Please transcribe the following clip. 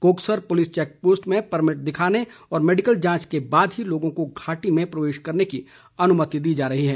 Koksar police check post में permit दिखाने और मैडिकल जांच के बाद ही लोगों को घाटी में प्रवेश करने की अनुमति दी जा रही है